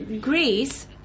Greece